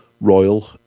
Royal